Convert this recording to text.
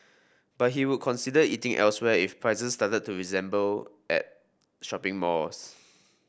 but he would consider eating elsewhere if prices started to resemble at shopping malls